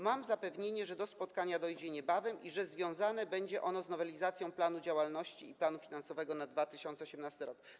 Mam zapewnienie, że do spotkania dojdzie niebawem i że związane będzie ono z nowelizacją planu działalności i planu finansowego na 2018 r.